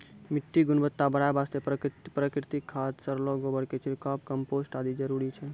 मिट्टी के गुणवत्ता बढ़ाय वास्तॅ प्राकृतिक खाद, सड़लो गोबर के छिड़काव, कंपोस्ट आदि जरूरी छै